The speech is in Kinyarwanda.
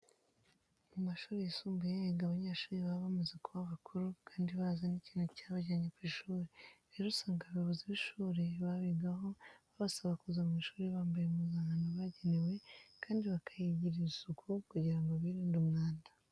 Mu mashuri yisumbuye higa abanyeshuri baba bamaze kuba bakuru kandi bazi n'ikintu cyabajyanye ku ishuri. Rero usanga abayobozi b'ishuri baba bigaho babasaba kuza mu ishuri bambaye impuzankano bagenewe kandi bakayigirira isuku kugira ngo birinde umwanda.